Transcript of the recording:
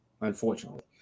unfortunately